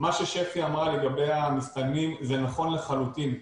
מה ששפי אמרה לגבי המסתננים זה נכון לחלוטין,